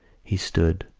he stood,